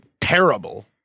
terrible